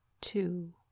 two